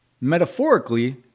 Metaphorically